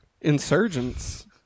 Insurgents